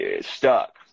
stuck